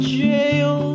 jail